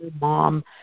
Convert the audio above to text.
mom